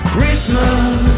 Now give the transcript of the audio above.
Christmas